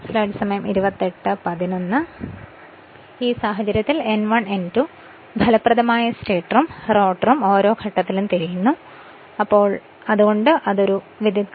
N1 Kw1 Nph1 N2 Kw2 Nph 2 അത് a